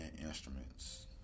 instruments